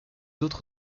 autres